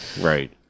Right